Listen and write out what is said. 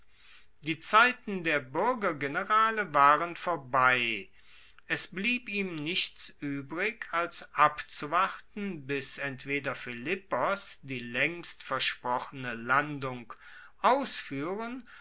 die zeiten der buergergenerale waren vorbei es blieb ihm nichts uebrig als abzuwarten bis entweder philippos die laengst versprochene landung ausfuehren